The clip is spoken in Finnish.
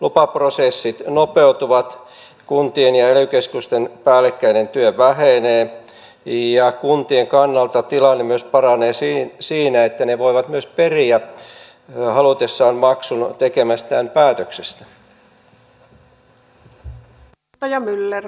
lupaprosessit nopeutuvat kuntien ja ely keskusten päällekkäinen työ vähenee ja kuntien kannalta tilanne paranee myös siinä että ne voivat myös periä halutessaan maksun tekemästään päätöksestä